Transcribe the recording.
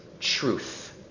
truth